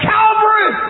Calvary